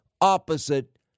opposite